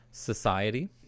Society